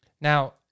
Now